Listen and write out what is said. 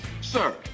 Sir